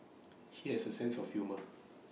he has A sense of humour